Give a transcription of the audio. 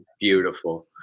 beautiful